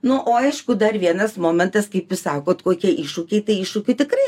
nu o aišku dar vienas momentas kaip išsaugot kokie iššūkiai tai iššūkių tikrai